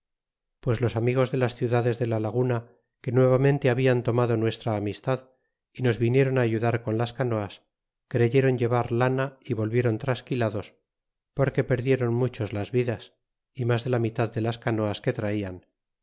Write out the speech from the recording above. pues los amigos de las ciudades de la laguna que nuevamente hablan tomado nuestra amistad y nos vinieron ayudar con las canoas creyeron llevar lana y volvieron trasquilados porque perdieron muchos las vidas y mas de la mitad de las canoas que traian